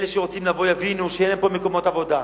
אלה שרוצים לבוא יבינו שאין להם פה מקומות עבודה,